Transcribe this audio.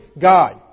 God